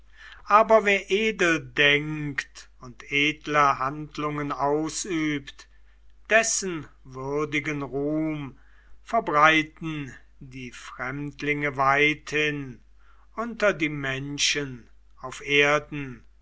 aber wer edel denkt und edle handlungen ausübt dessen würdigen ruhm verbreiten die fremdlinge weithin unter die menschen auf erden